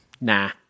Nah